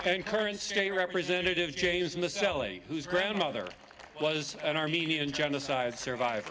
thank current state representative james misselling whose grandmother was an armenian genocide surviv